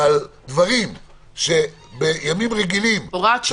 על דברים שבימים רגילים --- הוראת שעה.